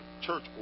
church